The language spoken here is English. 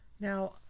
Now